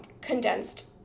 condensed